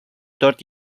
dört